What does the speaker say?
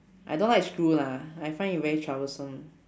I don't like screw lah I find it very troublesome